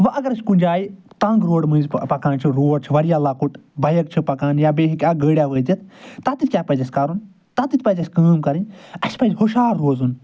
وۄنۍ اگر أسۍ کُنہِ جاے تنٛگ روڈ مٔنٛزۍ پکان چھِ روڈ چھِ واریاہ لۄکُٹ بایک چھِ پکان یا بیٚیہِ ہیٚکہِ اکھ گٲڑیَہ وٲتِتھ تتٮ۪تھ کیٛاہ پَزِ اَسہِ کرُن تتٮ۪تھ پَزِ اَسہِ کٲم کرٕنۍ اَسہِ پَزِ ہُشارٕ روزُن